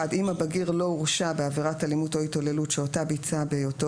אם הבגיר לא הורשע בעבירת אלימות או התעללות שאותה ביצע בהיותו